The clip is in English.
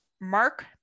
Mark